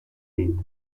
feet